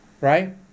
Right